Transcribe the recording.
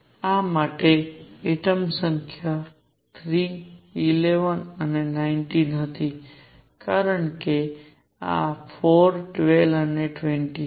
આ માટે એટમ સંખ્યા 3 11 અને 19 હતી કારણ કે આ 4 12 અને 20 હતી